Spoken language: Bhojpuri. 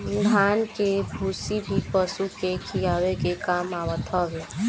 धान के भूसी भी पशु के खियावे के काम आवत हवे